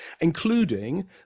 including